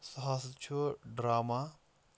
سُہ ہسا چھُ ڈرٛاما